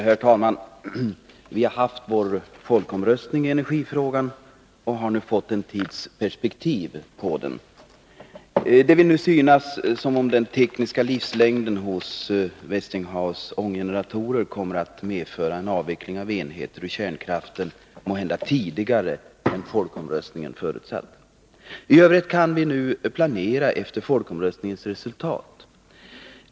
Herr talman! Det har nu gått en tid sedan vi hade vår folkomröstning i energifrågan, och vi har fått perspektiv på den. Det vill synas som om den tekniska livslängden hos Westinghouses ånggeneratorer kommer att medföra en avveckling av enheter ur kärnkraften tidigare än folkomröstningen I övrigt kan vi nu planera efter folkomröstningens resultat.